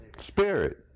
spirit